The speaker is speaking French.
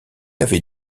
avait